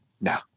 No